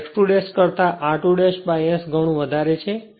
જે x 2 કરતાં 2 S ગણું વધારે છે